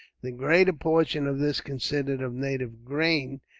the greater portion of this consisted of native grains,